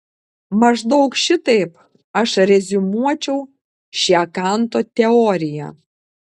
maždaug šitaip aš reziumuočiau šią kanto teoriją